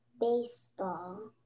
baseball